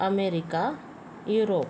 America Europe